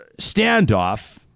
standoff